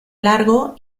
largo